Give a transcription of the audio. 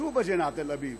שו באג'ינא עא-תל אביב?